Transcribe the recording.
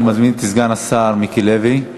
אני מזמין את סגן השר מיקי לוי.